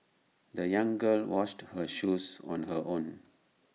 the young girl washed her shoes on her own